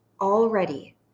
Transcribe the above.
already